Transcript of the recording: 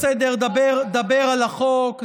הכול בסדר, דבר על החוק.